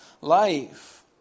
life